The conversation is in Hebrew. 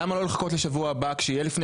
למה לא לחכות לשבוע הבא כשיהיה לפני